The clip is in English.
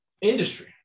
industry